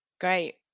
Great